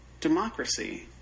democracy